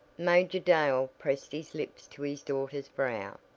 major dale pressed his lips to his daughter's brow.